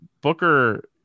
Booker